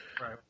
Right